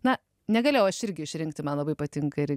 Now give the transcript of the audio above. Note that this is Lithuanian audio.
na negalėjau aš irgi išrinkti man labai patinka ir